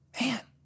Man